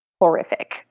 horrific